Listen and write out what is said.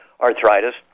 arthritis